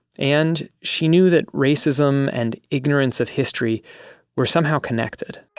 and she knew that racism and ignorance of history were somehow connected